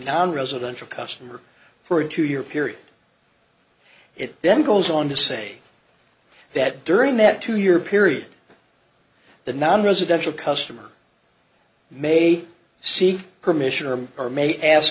nonresidential customer for a two year period it then goes on to say that during that two year period the nonresidential customer may seek permission from or may ask